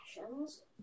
rations